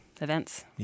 events